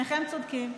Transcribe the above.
שניכם צודקים.